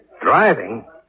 Driving